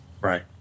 Right